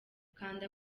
kanda